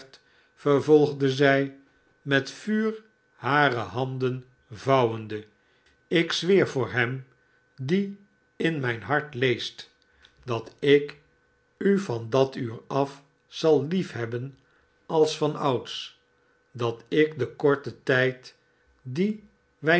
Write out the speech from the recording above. vervolgde zij met vuur hare handen vouwende ik zweer voor hem die in mijn hart leest dat ik u van dat uur af zal lief hebben als vanouds dat ik den korten tijd dien wij